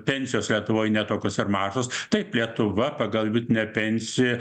pensijos lietuvoj ne tokios ir mažos taip lietuva pagal vidutinę pensiją